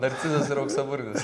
narcizas ir auksaburnis